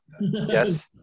yes